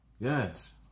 Yes